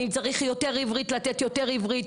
ואם צריך יותר עברית אז לתת יותר עברית.